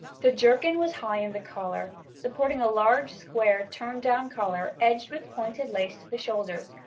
the jerkin was high in the collar, supporting a large, square, turn-down collar edged with pointed lace to the shoulders,